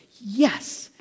yes